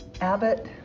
Abbott